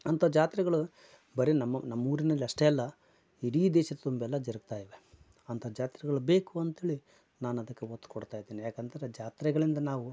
ಅಂತ ಜಾತ್ರೆಗಳು ಬರೇ ನಮ್ಮ ನಮ್ಮೂರಿನಲ್ಲಿ ಅಷ್ಟೇ ಅಲ್ಲ ಇಡೀ ದೇಶದ ತುಂಬೆಲ್ಲ ಜರಗ್ತಾಯಿವೆ ಅಂತ ಜಾತ್ರೆಗಳು ಬೇಕು ಅಂತೇಳಿ ನಾನು ಅದಕ್ಕೆ ಒತ್ತು ಕೊಡ್ತಾಯಿದ್ದೀನಿ ಯಾಕಂದರೆ ಜಾತ್ರೆಗಳಿಂದ ನಾವು